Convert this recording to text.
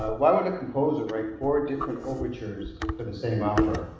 why would a composer write four different overtures for the same opera?